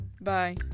Bye